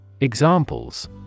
Examples